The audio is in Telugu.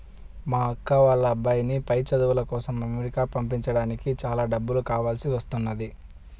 మా అక్క వాళ్ళ అబ్బాయిని పై చదువుల కోసం అమెరికా పంపించడానికి చాలా డబ్బులు కావాల్సి వస్తున్నది